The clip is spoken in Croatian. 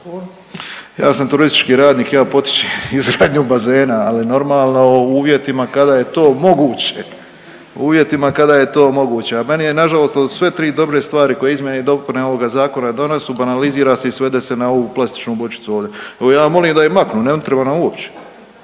Ja sam turistički radnik, ja potičem izgradnju bazena, ali normalno u uvjetima kada je to moguće, u uvjetima kada je to moguće. A meni je nažalost ovo su sve tri dobre stvari koje izmjene i dopune ovoga zakona donosu, banalizira se i svede se na ovu plastičnu bočicu ovdje. Evo ja molim da je maknu ne treba nam uopće,